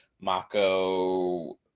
Mako